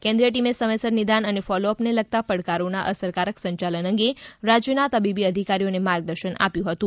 કેન્દ્રિય ટીમે સમયસર નિદાન અને ફોલોઅપને લગતા પડકારોના અસરકારક સંચાલન અંગે રાજ્યના તબીબી અધિકારીઓને માર્ગદર્શન આપ્યું હતું